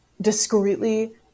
discreetly